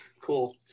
cool